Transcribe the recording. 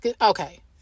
Okay